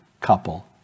couple